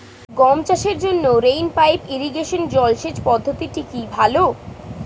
গম চাষের জন্য রেইন পাইপ ইরিগেশন জলসেচ পদ্ধতিটি কি ভালো?